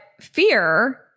fear